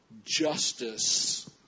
justice